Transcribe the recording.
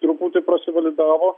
truputį prasivalidavo